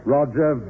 Roger